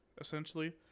essentially